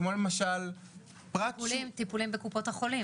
כמו למשל --- טיפולים בקופות החולים.